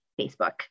facebook